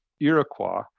Iroquois